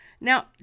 Now